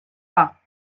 pas